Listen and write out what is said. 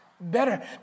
better